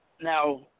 Now